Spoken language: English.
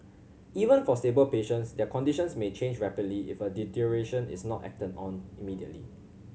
even for stable patients their conditions may change rapidly if a deterioration is not acted on immediately